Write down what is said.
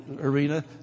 arena